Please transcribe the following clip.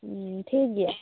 ᱦᱮᱸ ᱴᱷᱤᱠ ᱜᱮᱭᱟ